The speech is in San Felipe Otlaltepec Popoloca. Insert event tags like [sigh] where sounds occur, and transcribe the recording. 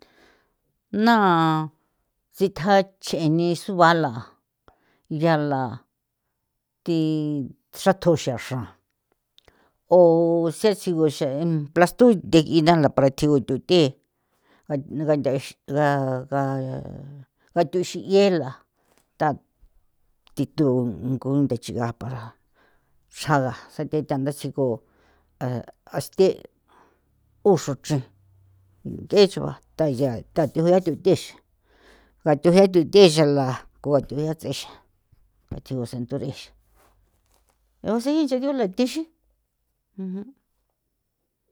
Na sitja ch'eni subala yala thi sathuxraxa o sea siguxan em plasto the ngigala para tsiu thuthe na ga gantha ga ga gathu xi'iela thathithun gundachia para xraga sathethanga siko aste uxruchri ng'e sugua thaya [noise] thathua thuthe xre ngathua thuthexra ngathu gexela ko thue ats'exa a thuse gunthurin xii [noise] eosi nche ndiula thixi. [noise]